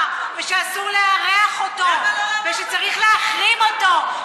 ושאסור לארח אותו ושצריך להחרים אותו,